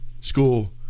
school